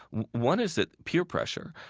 one is that peer pressure,